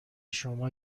شما